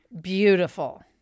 beautiful